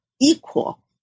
equal